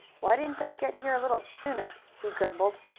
why didn't i get here a little sooner? he grumbled.